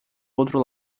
outro